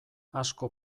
asko